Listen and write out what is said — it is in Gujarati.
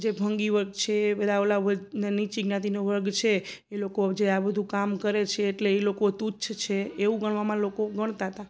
જે ભંગી વર્ગ છે એ બધા ઓલા હોય નીચી જ્ઞાતિનો વર્ગ છે એ લોકો જે આ બધું કામ કરે છે એટલે એ લોકો તુચ્છ છે એવું ગણવામાં લોકો ગણતા હતા